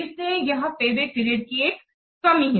इसलिए यह payback period की एक कमी है